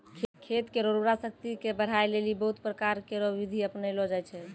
खेत केरो उर्वरा शक्ति क बढ़ाय लेलि बहुत प्रकारो केरो बिधि अपनैलो जाय छै